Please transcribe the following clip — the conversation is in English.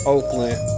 Oakland